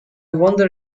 wonder